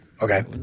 Okay